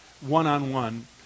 one-on-one